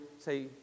Say